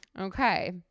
Okay